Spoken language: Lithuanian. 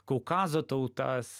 kaukazo tautas